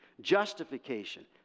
justification